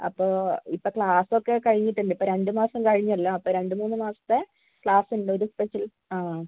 അപ്പോൾ ഇപ്പം ക്ലാസ് ഒക്കെ കഴിഞ്ഞിട്ട് ഉണ്ട് ഇപ്പം രണ്ട് മാസം കഴിഞ്ഞല്ലോ അപ്പം രണ്ട് മൂന്ന് മാസത്തെ ക്ലാസ് ഉണ്ട് ഒരു സ്പെഷ്യൽ ആ